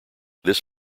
this